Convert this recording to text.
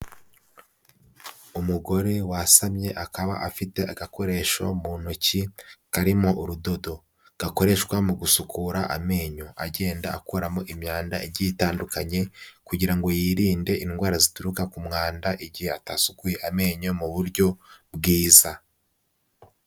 Umugore wasamye akaba afite agakoresho mu ntoki karimo urudodo. Gakoreshwa mu gusukura amenyo agenda akuramo imyanda igiye itandukanye, kugira ngo yirinde indwara zituruka ku mwanda igihe atasukuye amenyo mu buryo bwiza.